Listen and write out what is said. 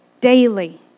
daily